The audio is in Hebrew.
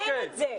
אין את זה.